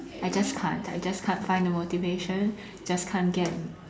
I just can't I just can't find the motivation just can't get